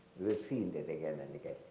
seen that again and again.